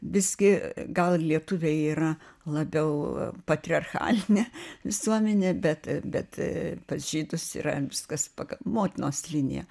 visgi gal lietuviai yra labiau patriarchalinė visuomenė bet bet pas žydus yra viskas pagal motinos liniją